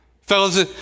Fellas